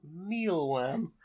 mealworm